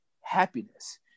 happiness